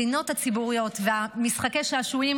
הגינות הציבוריות ומשחקי שעשועים,